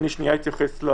אני שנייה אתייחס.